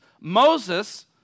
Moses